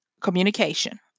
communication